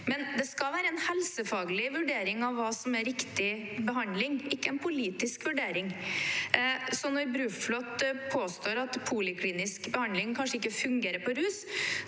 Det skal være en helsefaglig vurdering av hva som er riktig behandling, ikke en politisk vurdering, så når Bruflot påstår at poliklinisk behandling kanskje ikke fungerer for rus,